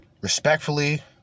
respectfully